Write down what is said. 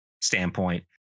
standpoint